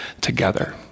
together